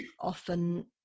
often